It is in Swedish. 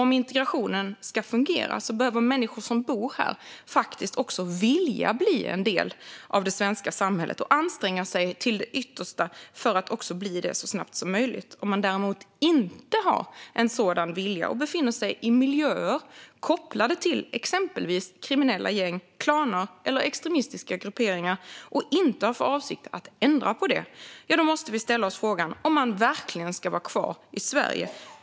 Om integrationen ska fungera behöver människor som bor här faktiskt också vilja bli en del av det svenska samhället och anstränga sig till det yttersta för att bli det så snabbt som möjligt. Om man däremot inte har en sådan vilja och befinner sig i miljöer kopplade till exempelvis kriminella gäng, klaner eller extremistiska grupperingar och inte har för avsikt att ändra på detta måste vi ställa oss frågan om man verkligen ska vara kvar i Sverige.